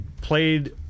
played